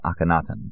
Akhenaten